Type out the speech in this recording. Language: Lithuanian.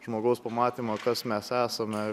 žmogaus pamatymą kas mes esame